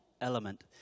element